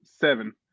seven